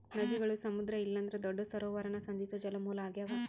ನದಿಗುಳು ಸಮುದ್ರ ಇಲ್ಲಂದ್ರ ದೊಡ್ಡ ಸರೋವರಾನ ಸಂಧಿಸೋ ಜಲಮೂಲ ಆಗ್ಯಾವ